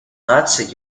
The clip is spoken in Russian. наций